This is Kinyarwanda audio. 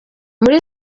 muri